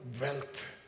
wealth